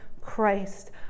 Christ